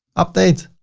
update.